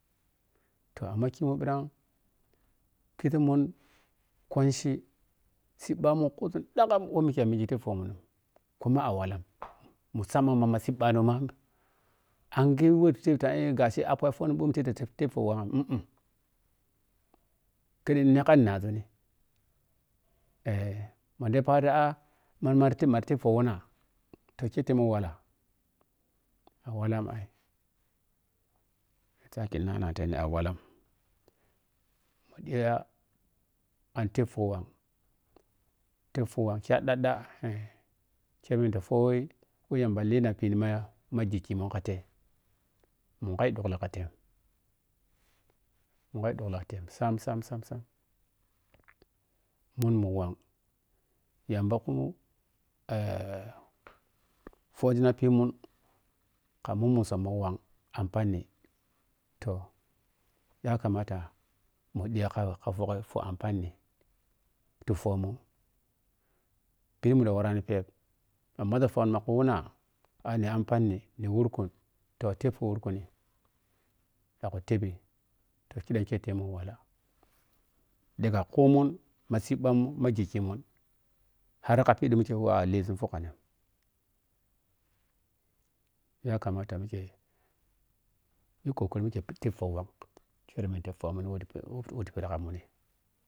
Toh amma kimun phirang kizii mun koanchi siibbamu kuzun dhagham wo a mwngi tai fohmung kuma a walla musgamma ma ma siibba noma aghe wo ta tep gashi naazun eh ma da yo phaaro ta aa marteppoh wunna toh ke teno walla a wala ai sake nananteni a wala mu ɗiya an tep fahwhang tepfahwhang iyaɗɗaɗa ke ti fuyi ma yamba lin bhini ma giggkimun ka te mukayi ɗukkle kate ma kai ɗukkle ka te sam sam sam mun mu whang yamba kum eh fahina ɓhimun ka mummu un summon whang ampanni toh yakamata mu ɗhi kaka for ampanni ti phomun pee mehawarani phep ɗan muzii fohna ka wuna a ni ampani ni wurkun ka tep ti wurkun ni ma ku tepbi ta kiɗan kefe mu wala ɗigha kumun ma siibbamu ma giggkimun harka phidi mike we a lezun phiguang yakamata mike yikokari mike tep foh whang ker to phe we ta pherka muni.